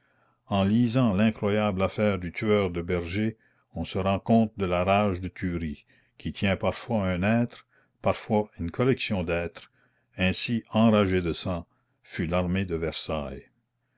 en lisant l'incroyable affaire du tueur de bergers on se rend compte de la rage de tuerie qui tient parfois un être parfois une collection d'êtres ainsi enragée de sang fut l'armée de versailles